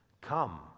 Come